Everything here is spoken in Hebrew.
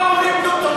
חבר הכנסת זחאלקה.